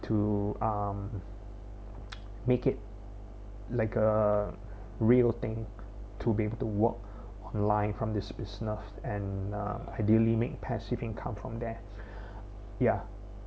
to um make it like a real thing to be able to work online from this business and um ideally make passive income from there ya